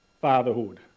fatherhood